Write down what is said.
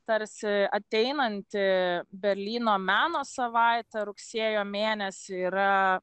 tarsi ateinanti berlyno meno savaitė rugsėjo mėnesį yra